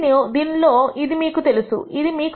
దీనిలో ఇది మీకు తెలుసు ఇది మీకు తెలుసు